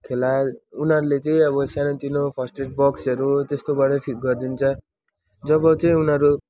फिलाल उनीहरूले चाहिँ अब सानोतिनो फर्स्ट एड बक्सहरू त्यस्तोबाटै ठिक गरिदिन्छ जब चाहिँ उनीहरू